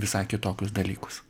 visai kitokius dalykus